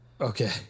Okay